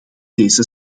deze